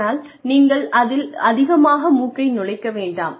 ஆனால் நீங்கள் அதில் அதிகமாக மூக்கை நுழைக்க வேண்டாம்